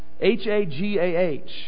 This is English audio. H-A-G-A-H